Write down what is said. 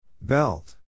Belt